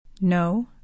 No